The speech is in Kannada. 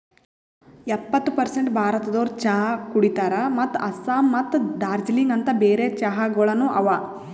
ಎಪ್ಪತ್ತು ಪರ್ಸೇಂಟ್ ಭಾರತದೋರು ಚಹಾ ಕುಡಿತಾರ್ ಮತ್ತ ಆಸ್ಸಾಂ ಮತ್ತ ದಾರ್ಜಿಲಿಂಗ ಅಂತ್ ಬೇರೆ ಚಹಾಗೊಳನು ಅವಾ